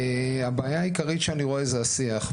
הבעיה העיקרית שאני רואה זה השיח.